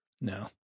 No